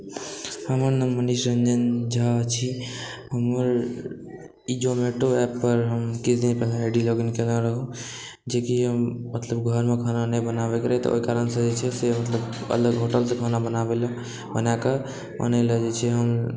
हमर नाम मनीष नंदन झा छी हमर ई जोमटो ऐप पर हम किछु दिन पहिने आइ डी लॉगइन केने रहहुँ जेकि हम मतलब घरमे खाना नहि बनाबैके रहै तऽ ओहि कारणसॅं जे छै से मतलब कहलक होटेलसॅं खाना बनाबै लए बनाके अनै लए जे छै हम